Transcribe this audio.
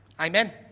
amen